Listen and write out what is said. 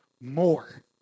more